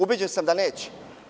Ubeđen sam da neće.